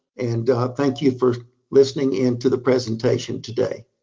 and thank you for listening in to the presentation today.